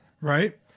Right